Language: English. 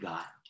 God